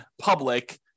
public